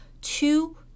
two